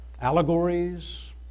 allegories